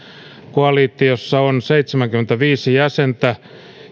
koalitiossa on seitsemänkymmentäviisi jäsentä